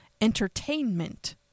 Entertainment